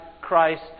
Christ